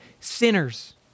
sinners